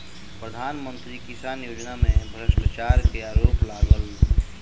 प्रधान मंत्री किसान योजना में भ्रष्टाचार के आरोप लागल